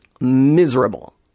miserable